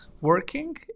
working